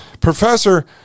Professor